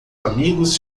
amigos